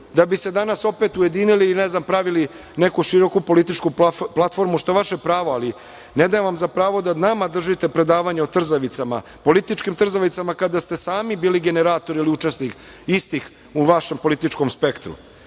da bi se danas opet ujedinili i ne znam pravili neku široku političku platformu, što je vaše pravo, ali ne dajem vam za pravo da nama držite predavanje o trzavicama, političkim trzavicama kada ste sami bili generatori ili učesnik istih u vašem političkom spektru. Vojne